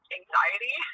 anxiety